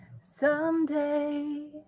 Someday